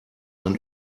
man